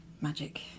Magic